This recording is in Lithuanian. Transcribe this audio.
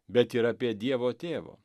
bet ir apie dievo tėvo